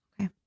Okay